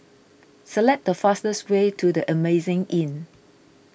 select the fastest way to the Amazing Inn